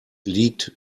liegt